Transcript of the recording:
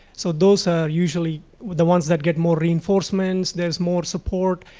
so those are usually the ones that get more reinforcements. there's more support.